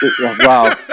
wow